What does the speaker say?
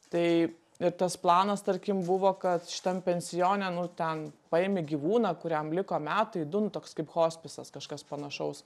tai ir tas planas tarkim buvo kad šitam pensione nu ten paimi gyvūną kuriam liko metai du nu toks kaip hospisas kažkas panašaus